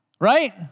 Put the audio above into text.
Right